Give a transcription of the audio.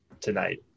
tonight